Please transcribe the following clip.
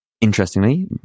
Interestingly